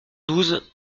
douze